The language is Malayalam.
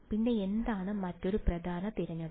പിന്നെ എന്താണ് മറ്റൊരു പ്രധാന തിരഞ്ഞെടുപ്പ്